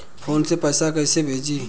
Phone से पैसा कैसे भेजी?